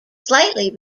slightly